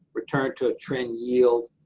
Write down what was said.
return to a trend yield.